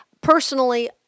Personally